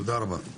תודה רבה.